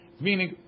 meaning